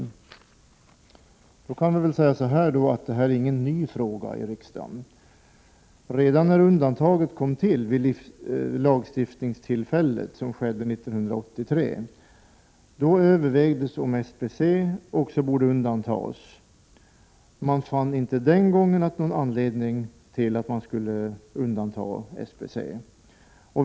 Detta är ingen ny fråga i riksdagen, Redan när undantaget kom till, när lagen stiftades 1983, övervägdes om också SBC borde undantas. Man fann inte den gången någon anledning att undanta SBC.